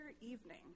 evening